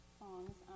songs